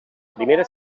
primera